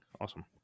Awesome